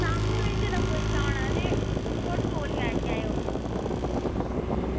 शामीं में कुदै जेल्लै कोई जाना ते थोह्ड़े तोलै आई जायो